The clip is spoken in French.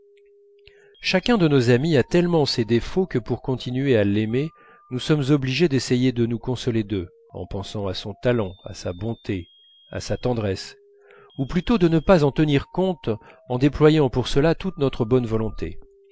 chacun de nos amis a tellement ses défauts que pour continuer à l'aimer nous sommes obligés d'essayer de nous consoler d'eux en pensant à son talent à sa bonté à sa tendresse ou plutôt de ne pas en tenir compte en déployant pour cela toute notre bonne volonté